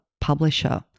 publisher